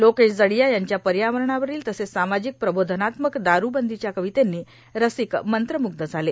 लोकेश जडीया यांच्या पयावरणावरील तसेच सामाजिक प्रबोधनात्मक दारूबंदाच्या कावतनी र्रासक मंत्रमुग्ध झाले